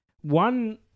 one